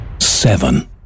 Seven